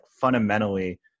fundamentally